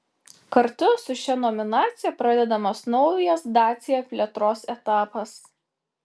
kartu su šia nominacija pradedamas naujas dacia plėtros etapas